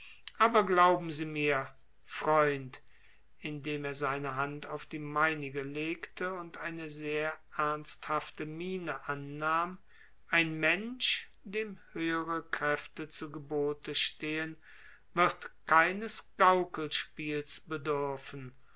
aber glauben sie mir freund indem er seine hand auf die meinige legte und eine sehr ernsthafte miene annahm ein mensch dem höhere kräfte zu gebote stehen wird keines gaukelspiels bedürfen